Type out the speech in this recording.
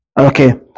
Okay